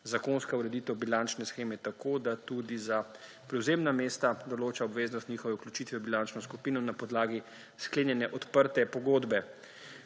zakonska ureditev bilančne sheme tako, da tudi za prevzemna mesta določa obveznost njihove vključitve v bilančno skupino na podlagi sklenjene odprte pogodbe.